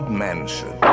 mansion